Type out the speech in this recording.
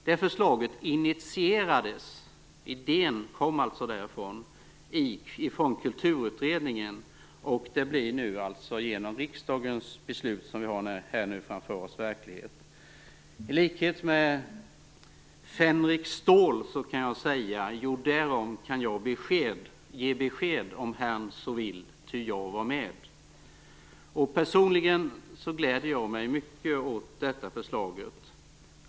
Det förslaget initierades av Kulturutredningen. Idén kom alltså därifrån. Det blir nu genom det beslut i riksdagen som vi har framför oss verklighet. I likhet med Fänrik Stål kan jag säga: "Jo, därom kan jag ge besked, om herrn så vill, ty jag var med." Personligen gläder jag mig mycket åt detta förslag.